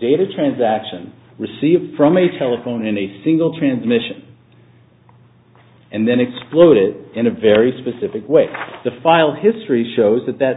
data transaction received from a telephone in a single transmission and then explode it in a very specific way the file history shows that that